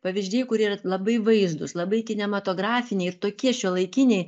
pavyzdžiai kurie yra labai vaizdūs labai kinematografiniai ir tokie šiuolaikiniai